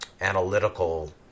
analytical